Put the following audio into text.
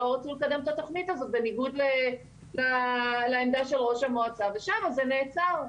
לא רצו לקדם את התכנית הזו בניגוד לעמדה של ראש המועצה ושם זה נעצר,